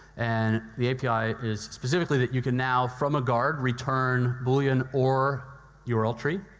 and the api is specifically that you can now from a guard return bullion or your alt tree,